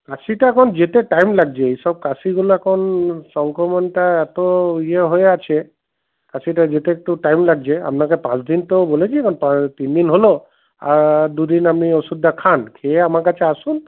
কাশিটা এখন যেতে টাইম লাগছে এইসব কাশিগুলো এখন সংক্রমণটা এত ইয়ে হয়ে আছে কাশিটা যেতে একটু টাইম লাগছে আপনাকে পাঁচদিন তো বলেছিলাম তিনদিন হল আর দু দিন আপনি ওষুধটা খান খেয়ে আমার কাছে আসুন